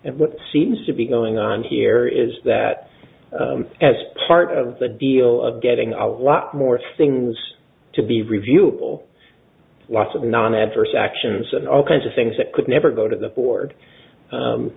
what seems to be going on here is that as part of the deal of getting a lot more things to be reviewable lots of non adverse actions and all kinds of things that could never go to the board